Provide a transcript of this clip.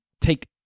take